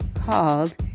called